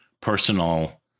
personal